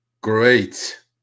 great